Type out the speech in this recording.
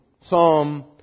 Psalm